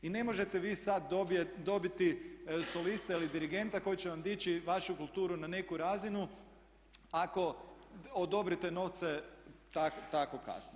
I ne možete vi sad dobiti solista ili dirigenta koji će vam dići vašu kulturu na neku razinu ako odobrite novce tako kasno.